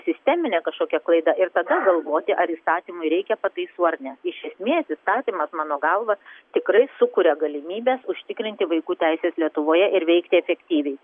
sisteminė kažkokia klaida ir tada galvoti ar įstatymui reikia pataisų ar ne iš esmės įstatymas mano galva tikrai sukuria galimybes užtikrinti vaikų teises lietuvoje ir veikti efektyviai